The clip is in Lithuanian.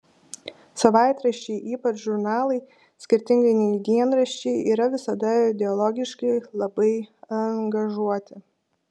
savaitraščiai ypač žurnalai skirtingai nei dienraščiai yra visada ideologiškai labai angažuoti